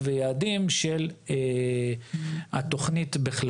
כשנוסדו ונעשו כל ההיבטים של הגנת הצומח הם היו באמת בפריזמה של הגנה על